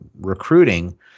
recruiting